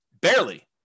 Barely